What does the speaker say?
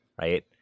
right